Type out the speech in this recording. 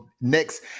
next